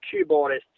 keyboardist